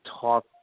talk